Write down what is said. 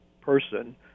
person